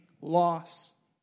loss